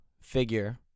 figure